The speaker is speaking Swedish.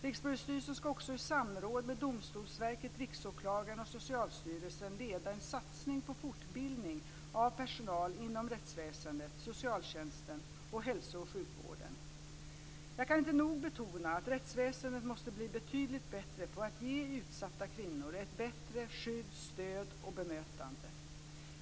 Rikspolisstyrelsen ska också i samråd med Domstolsverket, Riksåklagaren och Socialstyrelsen leda en satsning på fortbildning av personal inom rättsväsendet, socialtjänsten och hälso och sjukvården. Jag kan inte nog betona att rättsväsendet måste bli betydligt bättre på att ge utsatta kvinnor ett bättre skydd, stöd och bemötande.